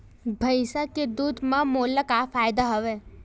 भैंसिया के दूध म मोला का फ़ायदा हवय?